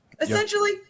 Essentially